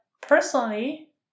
personally